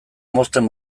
mozten